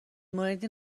موردی